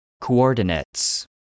Coordinates